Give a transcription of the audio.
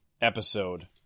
episode